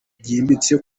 byimbitse